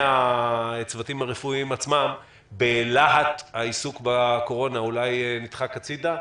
מהצוותים הרפואיים עצמם בלהט העיסוק בקורונה הוא אולי נדחק הצידה.